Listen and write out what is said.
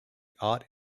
art